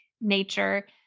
nature